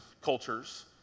cultures